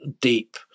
deep